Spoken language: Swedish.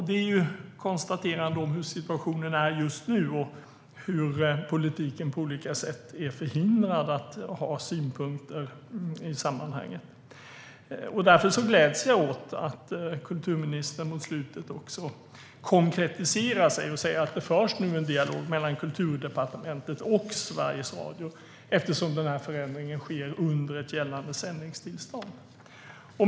Det är ett konstaterande av hur situationen är just nu och att politiken på olika sätt är förhindrad att ha synpunkter i sammanhanget. Därför gläds jag åt att kulturministern mot slutet också konkretiserar detta och säger att det nu förs en dialog mellan Kulturdepartementet och Sveriges Radio, eftersom förändringen sker under ett gällande sändningstillstånd.